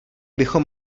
bychom